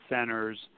centers